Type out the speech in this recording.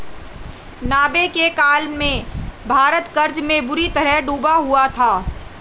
नब्बे के काल में भारत कर्ज में बुरी तरह डूबा हुआ था